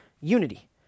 unity